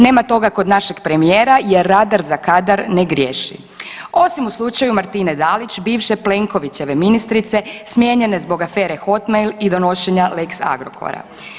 Nema toga kod našeg premijera jer radar za kadar ne griješi, osim u slučaju Martine Dalić, bivše Plenkovićeve ministrice smijenjene zbog afere Hotmail i donošenja lex Agrokora.